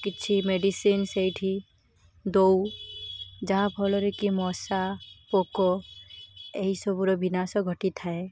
କିଛି ମେଡ଼ିସିନ୍ ସେଇଠି ଦଉ ଯାହାଫଳରେ କି ମଶା ପୋକ ଏହିସବୁର ବିନାଶ ଘଟି ଥାଏ